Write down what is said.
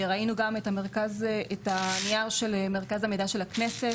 ראינו גם את הנייר של מרכז המידע של הכנסת,